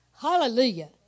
Hallelujah